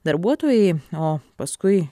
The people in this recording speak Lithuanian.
darbuotojai o paskui